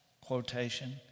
quotation